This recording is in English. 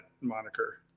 moniker